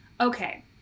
okay